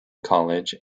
college